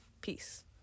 Peace